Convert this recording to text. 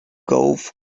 golf